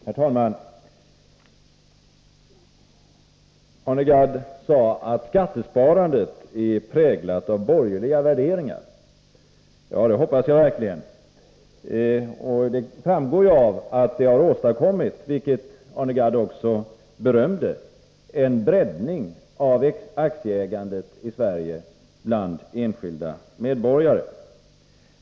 Herr talman! Arne Gadd sade att skattesparandet är präglat av borgerliga värderingar. Ja, det hoppas jag verkligen, och det framgår ju av att det har åstadkommit — vilket Arne Gadd också uttalade sig berömmande om — en breddning av aktieägandet i Sverige bland enskilda medborgare.